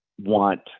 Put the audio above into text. want